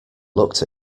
looked